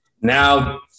Now